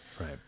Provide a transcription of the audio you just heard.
Right